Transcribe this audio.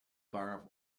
bar